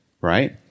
right